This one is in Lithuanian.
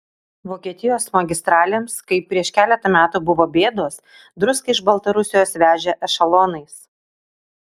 vokietijos magistralėms kai prieš keletą metų buvo bėdos druską iš baltarusijos vežė ešelonais